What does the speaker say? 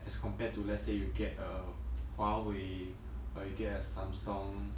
as compared to let's say you get a huawei or you get a samsung